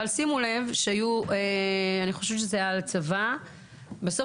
אבל שימו לב אנחנו חושבת שזה היה על הצבא שבסוף,